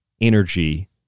energy